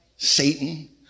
Satan